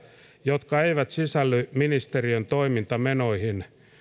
jotka eivät sisälly ministeriön toimintamenoihin